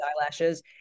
eyelashes